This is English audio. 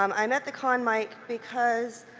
um i'm at the con mic, because